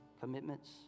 commitments